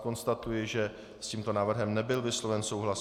Konstatuji, že s tímto návrhem nebyl vysloven souhlas.